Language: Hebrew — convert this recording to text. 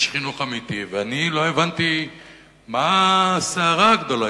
איש חינוך אמיתי, ואני לא הבנתי מה הסערה הגדולה.